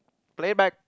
play back